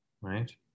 Right